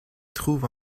trouve